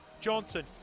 Johnson